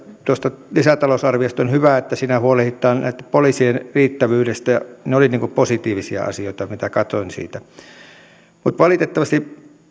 tuosta lisätalousarviosta on hyvä että siinä huolehditaan näitten poliisien riittävyydestä ne olivat positiivisia asioita mitä katsoin siitä mutta valitettavasti